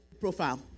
profile